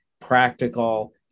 practical